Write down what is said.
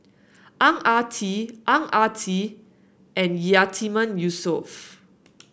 Ang Ah Tee Ang Ah Tee and Yatiman Yusof